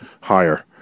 higher